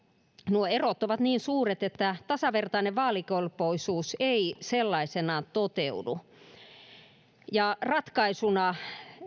nuo erot ovat niin suuret että tasavertainen vaalikelpoisuus ei sellaisenaan toteudu ratkaisuna